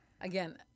Again